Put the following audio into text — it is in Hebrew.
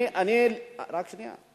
רק שנייה,